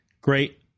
great